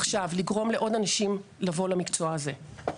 עכשיו לגרום לעוד אנשים לבוא למקצוע זה.